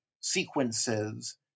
sequences